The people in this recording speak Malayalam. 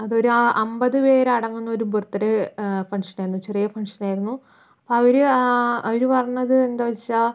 അതൊരു അമ്പതു പേര് അടങ്ങുന്നൊരു ബർത്ത് ഡേ ഫങ്ക്ഷൻ ആയിരുന്നു ചെറിയ ഫങ്ക്ഷൻ ആയിരുന്നു ആയൊരു അവര് പറഞ്ഞത് എന്താന്നു വെച്ചാൽ